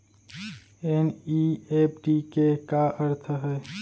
NEFT के का अर्थ है?